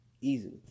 Easily